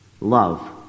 Love